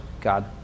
God